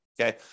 Okay